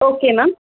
okay ma'am